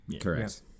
Correct